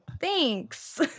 thanks